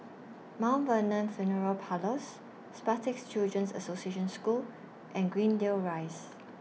Mount Vernon Funeral Parlours Spastic Children's Association School and Greendale Rise